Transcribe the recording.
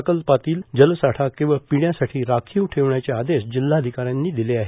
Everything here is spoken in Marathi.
प्रकल्पातील जलसाठा केवळ पिण्यासाठी राखीव ठेवण्याचे आदेश जिल्हाधिकाऱ्यांनी दिले आहेत